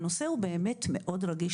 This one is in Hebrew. הנושא הוא באמת מאוד רגיש,